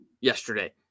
yesterday